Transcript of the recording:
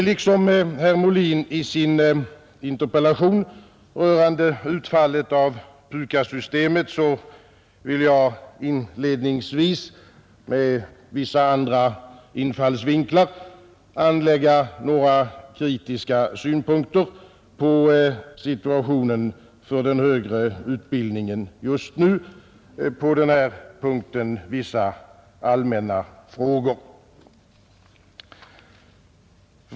Liksom herr Molin i sin interpellation om utfallet av PUKAS-systemet vill jag inledningsvis men med något andra infallsvinklar anlägga ett par kritiska synpunkter på situationen för den högre utbildningen just nu, när det gäller den punkt vi nu behandlar, Vissa gemensamma frågor.